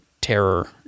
terror